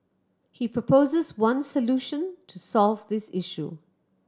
he proposes one solution to solve this issue